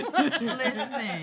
Listen